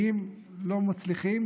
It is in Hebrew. כי אם לא מצליחים,